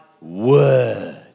word